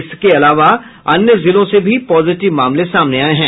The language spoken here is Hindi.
इसके अलावा अन्य जिलों से भी पॉजिटिव मामले सामने आये हैं